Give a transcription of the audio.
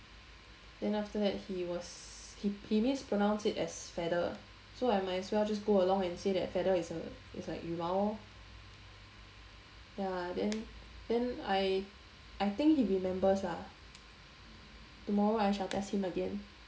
then after that he was he he mispronounced it as feather so I might as well just go along and say that feather is a is a 羽毛 lor ya then then I I think he remembers lah tomorrow I shall test him again